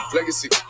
Legacy